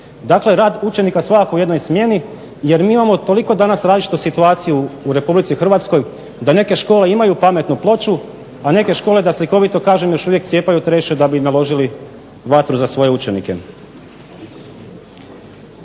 Dakle, rad učenika svakako u jednoj smjeni, jer mi imamo toliko danas različitu situaciju u Republici Hrvatskoj da neke škole imaju pametnu ploču, a neke škole da slikovito kažemo još uvijek cijepaju triješće da bi naložili vatru za svoje učenike.